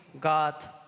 God